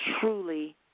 truly